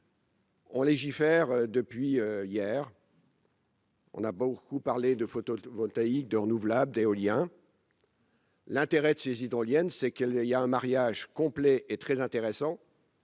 On légifère depuis hier. On a beaucoup parlé de photo-voltaïque de renouvelable : éolien. L'intérêt de ces hydroliennes, c'est qu'il y a un mariage complet et très intéressant.